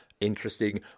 interesting